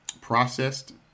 processed